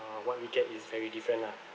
uh what we get is very different lah